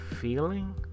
feeling